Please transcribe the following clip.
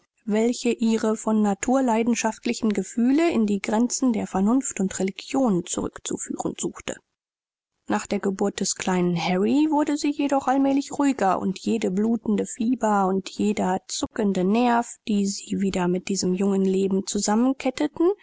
bemühte ihre von natur leidenschaftlichen empfindungen durch den einfluß der vernunft und religion zu mäßigen nach der geburt des kleinen harry war sie jedoch allmählig ruhiger geworden und jeder blutende zuckende nerv schien durch die neue verbindung mit diesem jungen leben